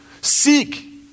Seek